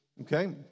okay